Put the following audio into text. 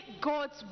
God's